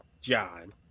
John